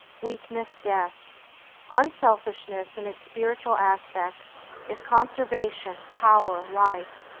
weakness, death unselfishness in its spiritual aspect is conservation, power, life.